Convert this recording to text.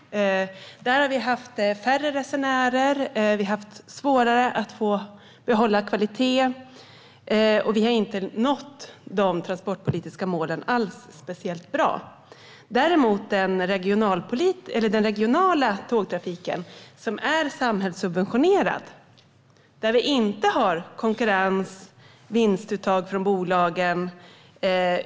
Där har vi haft färre resenärer och svårare att behålla kvaliteten, och vi har inte alls uppnått de transportpolitiska målen speciellt bra. Den regionala tågtrafiken är däremot samhällssubventionerad. Där har vi inte någon konkurrens eller vinstuttag från bolagen.